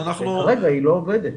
כרגע היא לא עובדת.